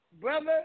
brother